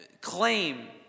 claim